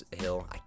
Hill